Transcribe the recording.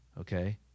Okay